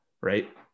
right